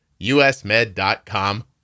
USMed.com